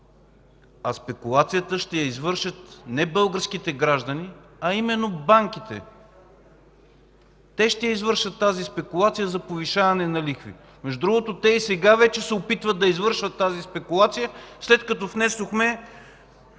А спекулацията ще я извършат не българските граждани, а банките! Те ще извършат тази спекулация за повишаване на лихвите. Между другото те и сега вече се опитват да извършат тази спекулация, след като внесохме